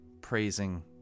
praising